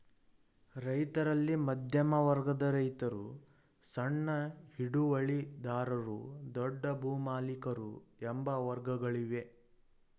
ರೈತರಲ್ಲಿ ಮಧ್ಯಮ ವರ್ಗದ ರೈತರು, ಸಣ್ಣ ಹಿಡುವಳಿದಾರರು, ದೊಡ್ಡ ಭೂಮಾಲಿಕರು ಎಂಬ ವರ್ಗಗಳಿವೆ